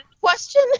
question